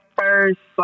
first